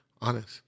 honest